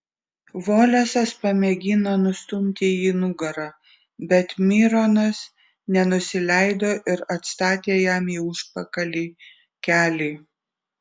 volesas pamėgino nustumti jį nugara bet mironas nenusileido ir atstatė jam į užpakalį kelį